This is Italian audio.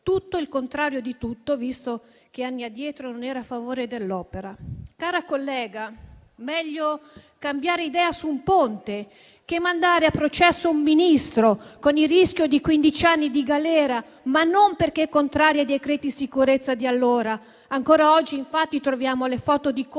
tutto e il contrario di tutto, visto che anni addietro non era a favore dell'opera. Collega, meglio cambiare idea su un ponte che mandare a processo un Ministro, con il rischio di quindici anni di galera, e non perché era contrario ai decreti sicurezza di allora - ancora oggi, infatti, troviamo le foto di Conte